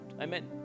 Amen